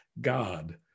God